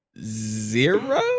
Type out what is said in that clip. Zero